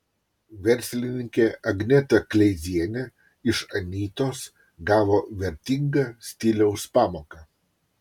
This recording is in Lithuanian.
verslininkė agneta kleizienė iš anytos gavo vertingą stiliaus pamoką